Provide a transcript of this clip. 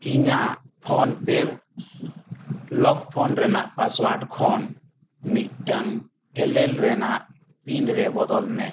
ᱤᱧᱟᱹᱜ ᱯᱷᱳᱱᱯᱮ lock phone ᱨᱮᱱᱟᱜ ᱯᱟᱥᱚᱣᱟᱨᱰ ᱠᱷᱚᱱ ᱢᱤᱫᱴᱟᱝ ᱮᱞᱮᱞ ᱨᱮᱱᱟᱜ ᱯᱤᱱ ᱨᱮ ᱵᱚᱫᱚᱞᱢᱮ